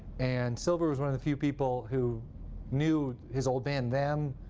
and silver was one of the few people who knew his old band, them,